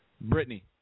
Brittany